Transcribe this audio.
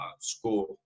school